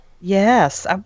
Yes